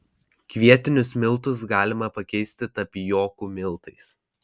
kvietinius miltus galima pakeisti tapijokų miltais